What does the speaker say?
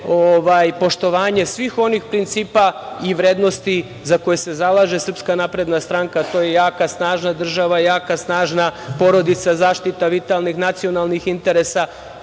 poštovanje svih onih principa i vrednosti za koje se zalaže SNS. To je jaka, snažna država, jaka, snažna porodica, zaštita vitalnih nacionalnih interesa.